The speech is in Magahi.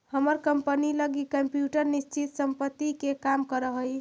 हमर कंपनी लगी कंप्यूटर निश्चित संपत्ति के काम करऽ हइ